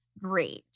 Great